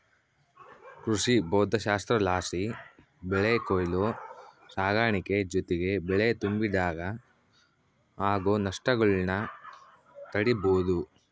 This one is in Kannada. ಕೃಷಿಭೌದ್ದಶಾಸ್ತ್ರಲಾಸಿ ಬೆಳೆ ಕೊಯ್ಲು ಸಾಗಾಣಿಕೆ ಜೊತಿಗೆ ಬೆಳೆ ತುಂಬಿಡಾಗ ಆಗೋ ನಷ್ಟಗುಳ್ನ ತಡೀಬೋದು